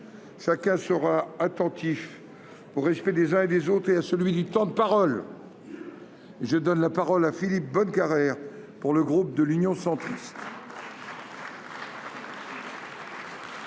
Chacun sera attentif au respect des uns et des autres et à celui du temps de parole. La parole est à M. Philippe Bonnecarrère, pour le groupe Union Centriste.